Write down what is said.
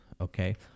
Okay